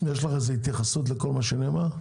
יש לך התייחסות לכל מה שנאמר?